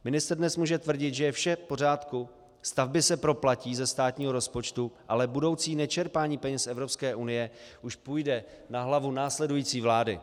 Ministr dnes může tvrdit, že je vše v pořádku, stavby se proplatí ze státního rozpočtu, ale budoucí nečerpání peněz z Evropské unie už půjde na hlavu následující vlády.